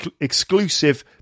exclusive